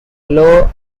low